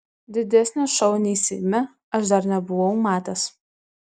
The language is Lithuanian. didesnio šou nei seime aš dar nebuvau matęs